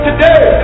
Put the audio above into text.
Today